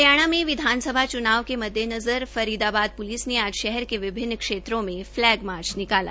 हरियाणा में विधानसभा च्नावों के मद्देनज़र फरीदाबाद प्लिस ने आज शहर के विभिन्न क्षेत्रों में फ्लैग मार्च निकाला